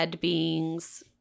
beings